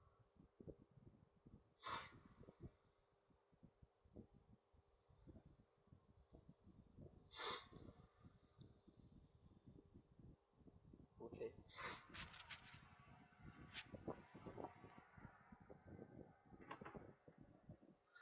okay